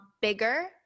bigger